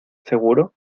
seguro